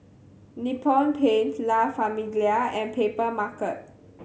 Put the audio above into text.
Nippon Paint La Famiglia and Papermarket